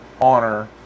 honor